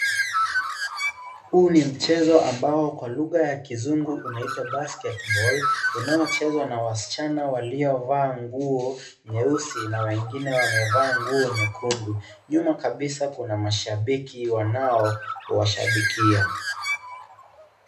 Huu ni mchezo ambao kwa lugha ya kizungu unaitwa basketball unaochezwa na wasichana waliovaa nyeusi na wengine wamevaa nguo nyekundu nyuma kabisa kuna mashabiki wanowashabikia.